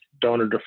donor